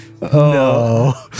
No